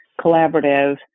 collaborative